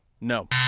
No